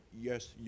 yes